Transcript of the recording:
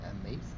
Amazing